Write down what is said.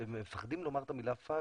מפחדים לומר את המילה פקס.